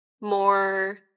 more